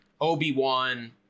Obi-Wan